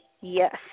Yes